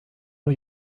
new